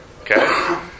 Okay